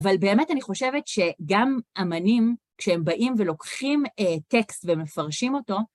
אבל באמת אני חושבת שגם אמנים, כשהם באים ולוקחים טקסט ומפרשים אותו..